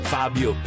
Fabio